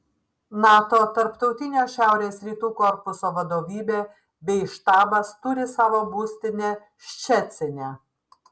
nato tarptautinio šiaurės rytų korpuso vadovybė bei štabas turi savo būstinę ščecine